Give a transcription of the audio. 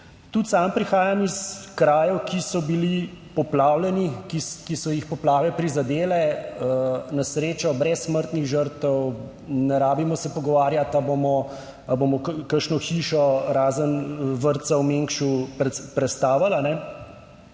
Tudi sam prihajam iz krajev, ki so bili poplavljeni, ki so jih poplave prizadele, na srečo brez smrtnih žrtev. Ne rabimo se pogovarjati ali bomo kakšno hišo razen vrtca v Mengšu prestavili.